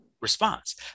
response